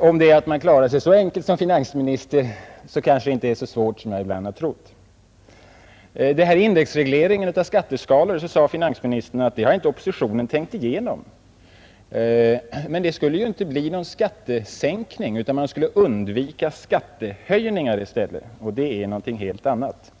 Om man kan klara sig så enkelt som finansminister kanske det inte är så svårt att vara det som jag ibland trott. Finansministern sade att oppositionen inte tänkt igenom frågan om indexreglering av skatteskalor. Men det skulle inte bli någon skattesänkning med det systemet utan man skulle undvika skattehöjningar, och det är någonting helt annat.